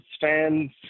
fans